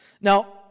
Now